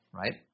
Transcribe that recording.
right